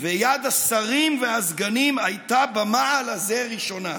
"ויד השרים והסגנים היתה במעל הזה ראשונה".